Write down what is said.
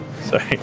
Sorry